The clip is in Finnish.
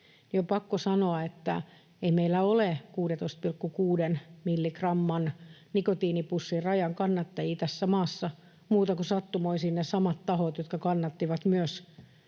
on pakko sanoa, että ei meillä ole 16,6 milligramman nikotiinipussin rajan kannattajia tässä maassa muita kuin sattumoisin ne samat tahot, jotka valiokunnassa